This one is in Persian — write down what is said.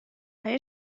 آیا